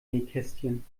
nähkästchen